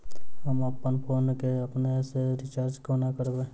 हम अप्पन फोन केँ अपने सँ रिचार्ज कोना करबै?